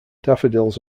daffodils